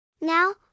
Now